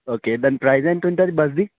okay దాని price ఎంతుంటుంది బస్ది